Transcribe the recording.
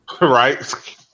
right